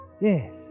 Yes